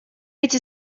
эти